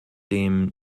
dem